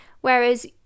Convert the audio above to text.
whereas